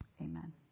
amen